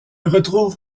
retrouve